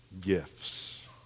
gifts